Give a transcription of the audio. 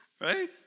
right